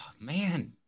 man